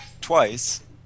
twice